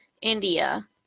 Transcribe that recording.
India